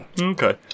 Okay